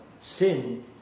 Sin